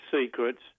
secrets